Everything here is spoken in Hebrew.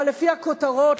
אבל לפי הכותרות,